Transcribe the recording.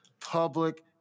public